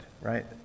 right